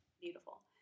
beautiful